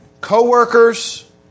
co-workers